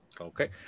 Okay